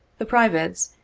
the privates,